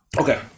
Okay